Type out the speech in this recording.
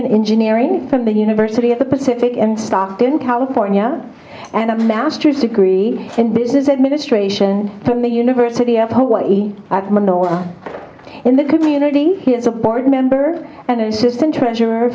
in engineering from the university of the pacific and stockton california and a master's degree in business administration from the university of hawaii in the community as a board member and assistant treasure